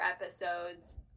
episodes